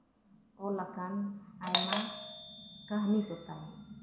ᱚᱞ ᱟᱠᱟᱱ ᱟᱭᱢᱟ ᱠᱟᱹᱦᱱᱤ ᱠᱚᱛᱟᱭ